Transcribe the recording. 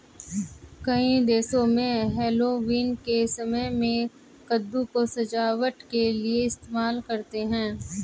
कई देशों में हैलोवीन के समय में कद्दू को सजावट के लिए इस्तेमाल करते हैं